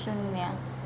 शून्य